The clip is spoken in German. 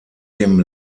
dem